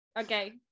Okay